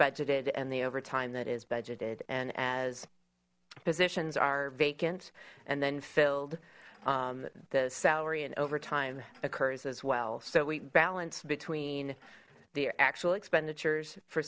budgeted and the overtime that is budgeted and as positions are vacant and then filled the salary and overtime occurs as well so we balance between the actual expenditures for